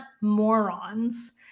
morons